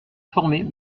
former